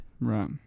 Right